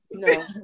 No